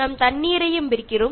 നമ്മൾ വെള്ളം വിൽക്കുന്നു